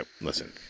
Listen